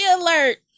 alert